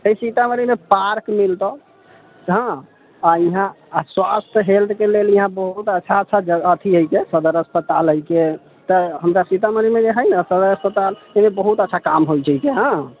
अय सीतामढ़ीमे पार्क मिलतौ हॅं आ इहाँ अऽ स्वास्थ हैल्थ के लेल इहाँ बहुत अच्छा अच्छा जगह अथि हय के सदर अस्पताल हय के तऽ हमरा सीतामढ़ी मे जे हय ने सदर हस्पताल ओहो मे बहुत अच्छा काम होइ छै हाँ